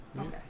Okay